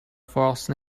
false